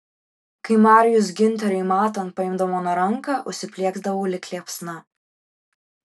kai marijus giunteriui matant paimdavo mano ranką užsiplieksdavau lyg liepsna